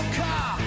car